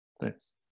Thanks